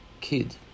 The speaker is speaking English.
kid